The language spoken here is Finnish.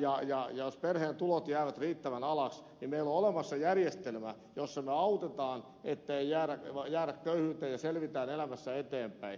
ja jos perheen tulot jäävät riittävän alas meillä on olemassa järjestelmä jossa me autamme että ei jäädä köyhyyteen ja selvitään elämässä eteenpäin